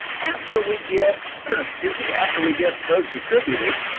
after we get excuse me after we get those distributed,